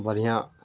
बढ़िआँ